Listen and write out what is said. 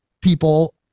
people